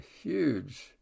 huge